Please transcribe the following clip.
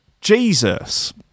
Jesus